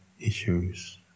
issues